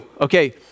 Okay